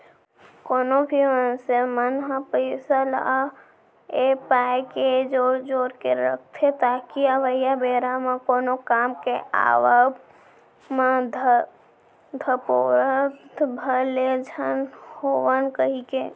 कोनो भी मनसे मन ह पइसा ल ए पाय के जोर जोर के रखथे ताकि अवइया बेरा म कोनो काम के आवब म धपोरत भर ले झन होवन कहिके